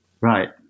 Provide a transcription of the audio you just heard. right